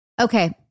Okay